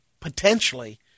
potentially